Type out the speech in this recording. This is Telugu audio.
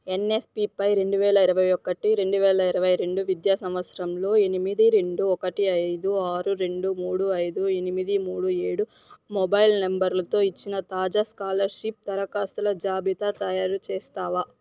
ఎన్ఎస్పిపై రెండు వేల ఇరవై ఒకటి రెండువేల ఇరవై రెండు విద్యా సంవత్సరంలో ఎనిమిది రెండు ఒకటి ఐదు ఆరు రెండు మూడు ఐదు ఎనిమిది మూడు ఏడు మొబైల్ నంబర్లతో ఇచ్చిన తాజా స్కాలర్షిప్ దరఖాస్తుల జాబితా తయారుచేస్తావా